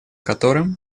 которым